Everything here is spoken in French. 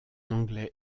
anglais